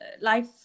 life